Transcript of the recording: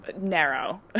narrow